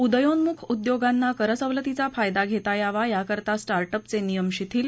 उदयोन्मुख उद्योगांना करसवलतीचा फायदा घेता यावा याकरता स्टार्टअप चे नियम शिथिल